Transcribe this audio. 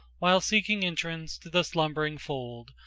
while seeking entrance to the slumbering fold,